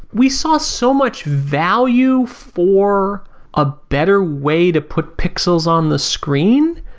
we saw so much value for a better way to put pixels on the screen.